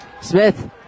Smith